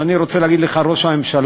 אז אני רוצה להגיד לך, ראש הממשלה: